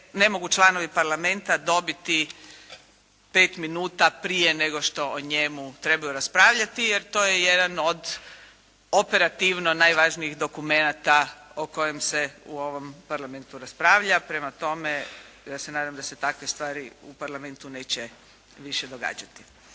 ne mogu članovi Parlamenta dobiti pet minuta prije nego što o njemu trebaju raspravljati, jer to je jedan od operativno najvažnijih dokumenata o kojem se u ovom Parlamentu raspravlja, prema tome ja se nadam da se takve stvari u Parlamentu neće više događati.